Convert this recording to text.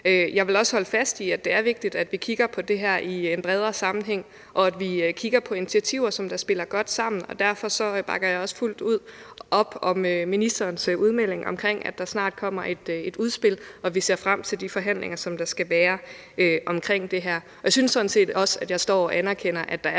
Jeg vil også holde fast i, at det er vigtigt, at vi kigger på det her i en bredere sammenhæng, og at vi kigger på initiativer, der spiller godt sammen. Derfor bakker jeg også fuldt ud op om ministerens udmelding om, at der snart kommer et udspil, og vi ser frem til de forhandlinger, der skal være om det her. Jeg synes sådan set også, at jeg anerkender, at der er